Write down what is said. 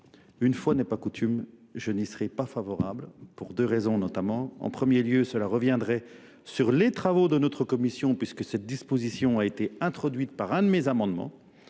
Une fois n'est pas coutume, je n'y serai pas favorable, pour deux raisons notamment. En premier lieu, cela reviendrait sur les travaux de notre Commission, puisque cette disposition a été introduite par un de mes amendements.